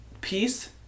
peace